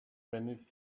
beneath